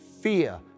fear